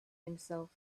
himself